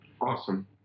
Awesome